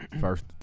first